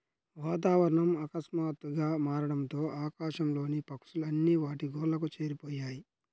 వాతావరణం ఆకస్మాతుగ్గా మారడంతో ఆకాశం లోని పక్షులు అన్ని వాటి గూళ్లకు చేరిపొయ్యాయి